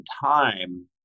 time